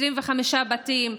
25 בתים,